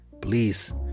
please